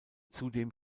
zudem